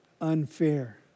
unfair